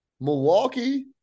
Milwaukee